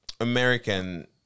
American